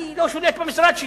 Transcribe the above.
אני לא שולט במשרד שלי,